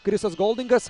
krisas goldingas